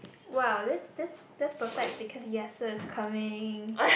!wow! that's just just perfect because is coming